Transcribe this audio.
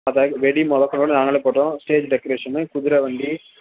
அப்போ வெடி முதக் கொண்டு நாங்களே போட்டிருவோம் ஸ்டேஜ் டெக்ரேஷனு குதிரை வண்டி